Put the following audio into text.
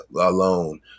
alone